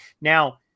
now